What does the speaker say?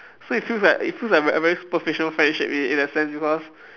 so it feels like it feels like a very very superficial friendship in in that sense because